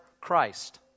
Christ